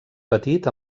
petit